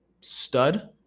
stud